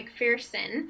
McPherson